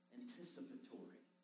anticipatory